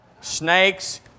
Snakes